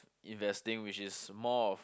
investing which is more of